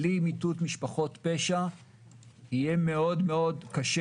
בלי מיטוט משפחות פשע יהיה מאוד מאוד קשה